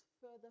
further